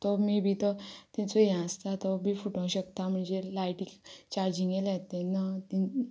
तो मे बी तो तेंचो हें आसता तो बी फुटो शकता म्हणजे लायटी चार्जिंगेक लायत तेन्ना